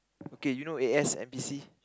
okay you know A_S_M_P_C